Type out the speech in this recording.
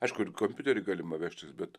aišku ir kompiuterį galima vežtis bet